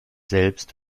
selbst